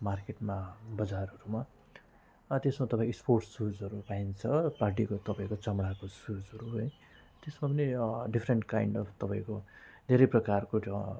मार्केटमा बजारमा त्यसमा तपाईँ स्पोर्ट्स सुजहरू पाइन्छ पार्टीको तपाईँको चमाडाको सुजहरू है त्यसमा पनि डिफ्रेन्ट काइन्ड अफ तपाईँको धेरै प्रकारको